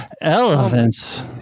Elephants